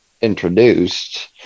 introduced